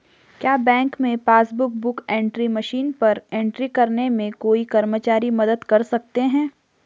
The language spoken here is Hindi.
क्या बैंक में पासबुक बुक एंट्री मशीन पर एंट्री करने में कोई कर्मचारी मदद कर सकते हैं?